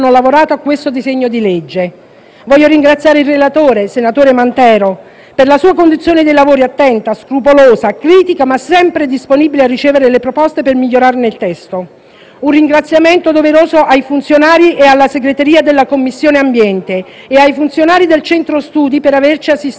Voglio ringraziare il relatore, senatore Mantero, per la sua conduzione dei lavori attenta, scrupolosa, critica, ma sempre disponibile a ricevere proposte per migliorare il testo. Un ringraziamento doveroso ai funzionari e alla segreteria della Commissione ambiente e ai funzionari del centro studi, per averci assistito e aiutato tantissimo.